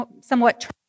Somewhat